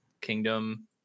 Kingdom